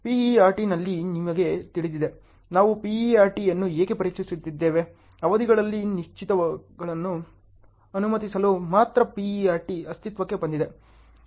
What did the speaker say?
PERT ನಲ್ಲಿ ನಿಮಗೆ ತಿಳಿದಿದೆ ನಾವು PERT ಅನ್ನು ಏಕೆ ಪರಿಚಯಿಸಿದ್ದೇವೆ ಅವಧಿಗಳಲ್ಲಿ ಅನಿಶ್ಚಿತತೆಗಳನ್ನು ಅನುಮತಿಸಲು ಮಾತ್ರ PERT ಅಸ್ತಿತ್ವಕ್ಕೆ ಬಂದಿದೆ